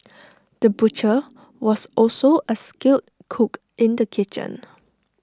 the butcher was also A skilled cook in the kitchen